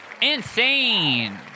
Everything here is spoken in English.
Insane